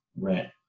rent